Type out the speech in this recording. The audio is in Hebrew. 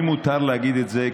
לי מותר להגיד את זה,